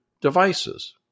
devices